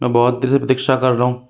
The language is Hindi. मैं बहुत देर से प्रतीक्षा कर रहा हूँ